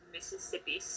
Mississippi